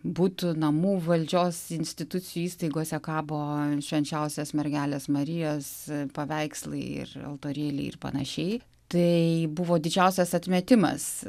butų namų valdžios institucijų įstaigose kabo švenčiausios mergelės marijos paveikslai ir altorėliai ir panašiai tai buvo didžiausias atmetimas